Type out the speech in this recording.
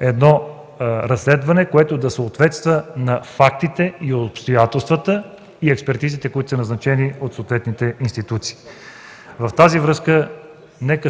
едно разследване, което да съответства на фактите, обстоятелствата и експертизите, които са назначени от съответните институции. В тази връзка нека